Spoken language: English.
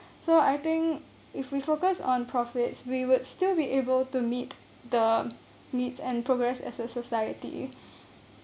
so I think if we focus on profits we would still be able to meet the needs and progress as a society